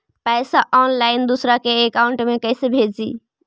पैसा ऑनलाइन दूसरा के अकाउंट में कैसे भेजी?